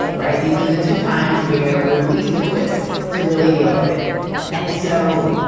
right. these are the two times where we're least equipped to really deal with it and so,